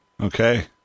Okay